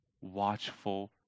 watchful